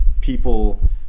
people